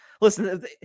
Listen